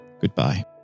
goodbye